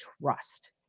trust